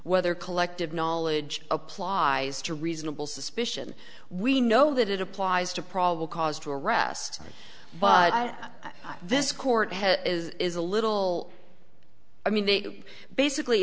whether collective knowledge applies to reasonable suspicion we know that it applies to probable cause to arrest but this court has is is a little i mean they basically